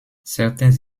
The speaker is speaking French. certains